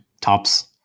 tops